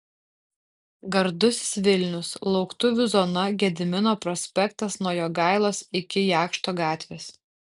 gardusis vilnius lauktuvių zona gedimino prospektas nuo jogailos iki jakšto gatvės